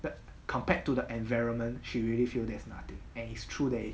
that compared to that environment she really feel there's nothing and it's true that